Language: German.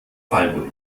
freiburg